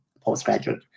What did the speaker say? postgraduate